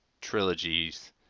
trilogies